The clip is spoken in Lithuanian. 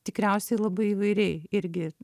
tikriausiai labai įvairiai irgi